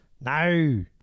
No